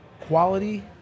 quality